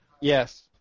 Yes